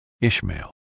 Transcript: Ishmael